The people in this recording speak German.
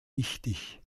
wichtig